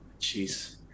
Jeez